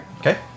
Okay